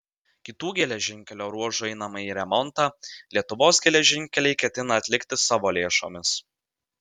kitų geležinkelio ruožų einamąjį remontą lietuvos geležinkeliai ketina atlikti savo lėšomis